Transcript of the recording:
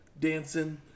dancing